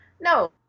No